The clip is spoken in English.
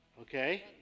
Okay